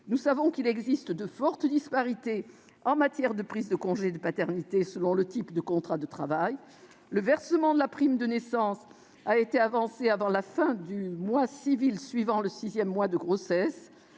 Nous savons qu'il existe de fortes disparités de prise de ce congé selon le type de contrat de travail. Le versement de la prime de naissance a été avancé avant la fin du mois civil suivant le sixième mois de grossesse.